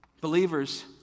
Believers